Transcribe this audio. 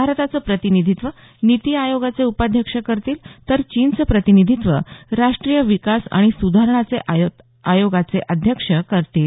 भारताचं प्रतिनिधित्व नीति आयोगाचे उपाध्यक्ष करतील तर चीनचं प्रतिनिधित्व राष्ट्रीय विकास आणि सुधारणा आयोगाचे अध्यक्ष करतील